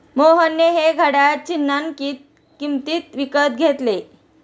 मोहनने हे घड्याळ चिन्हांकित किंमतीत विकत घेतले